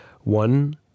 one